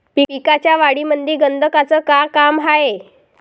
पिकाच्या वाढीमंदी गंधकाचं का काम हाये?